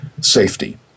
safety